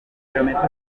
bilometero